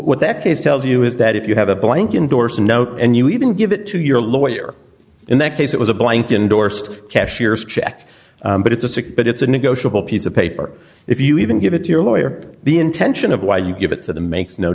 case tells you is that if you have a blank indorse a note and you even give it to your lawyer in that case it was a blank indorsed cashier's check but it's a sick but it's a negotiable piece of paper if you even give it to your lawyer the intention of why you give it to the makes no